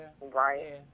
Right